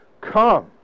come